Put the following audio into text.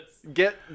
get